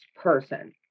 person